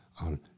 on